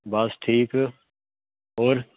ਬਸ ਠੀਕ ਹੋਰ